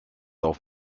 auf